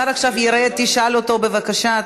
השר עכשיו ירד, תשאל אותו, בבקשה.